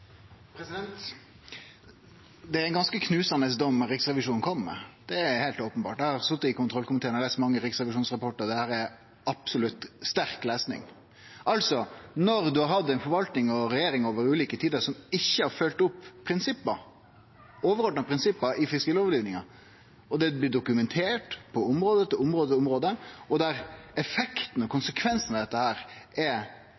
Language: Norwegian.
Det er ein ganske knusande dom Riksrevisjonen kjem med. Det er heilt openbert. Eg har sete i kontrollkomiteen og har lese mange riksrevisjonsrapportar, og dette er absolutt sterk lesing. Altså: Når ein har hatt ei forvalting og regjeringar i ulike tider som ikkje har følgt opp dei overordna prinsippa i fiskerilovgivinga, og det blir dokumentert på område etter område, og der effektane og